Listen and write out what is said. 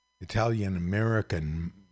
Italian-American